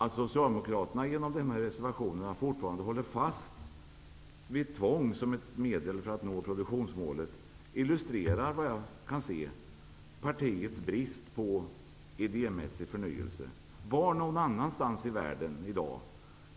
Att Socialdemokraterna fortfarande, genom dessa reservationer, håller fast vid tvång som ett medel att nå produktionsmålet illustrerar partiets brist på idémässig förnyelse. Finns det någon annanstans i världen i dag